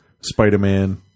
Spider-Man